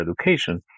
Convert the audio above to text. education